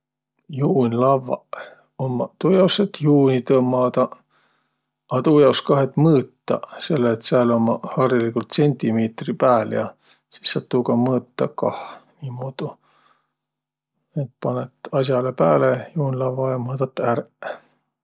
Juunlavvaq ummaq tuujos, et juuni tõmmadaq, a tuu jaos kah, et mõõtaq, selle, et sääl ummaq hariligult tsentimiitreq pääl ja sis saat tuuga mõõtaq kah. Niimuudu, et panõt as'alõ pääle juunlavva ja mõõdat ärq.